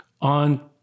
on